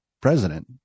president